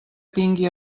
tingui